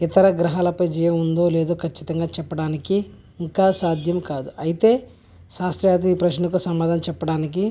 ఇతర గ్రహాలపై జీవం ఉందో లేదో ఖచ్చితంగా చెప్పడానికి ఇంకా సాధ్యం కాదు అయితే శాస్త్రవేత్తలు ఈ ప్రశ్నకు సమాధానం చెప్పడానికి